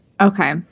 okay